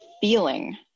feeling